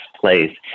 place